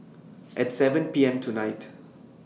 At seven P M tonight